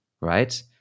right